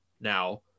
now